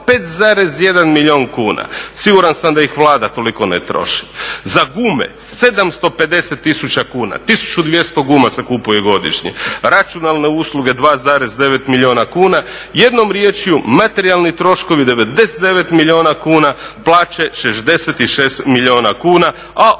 5,1 milijun kuna siguran sam da ih Vlada toliko ne troši, za gume 750 tisuća kuna, 1200 guma se kupuje godišnje, računalne usluge 2,9 milijuna kuna jednom riječju materijalni troškovi 99 milijuna kuna, plaće 66 milijuna kuna, a o